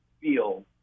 feel